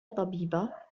طبيبة